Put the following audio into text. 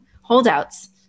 holdouts